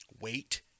Wait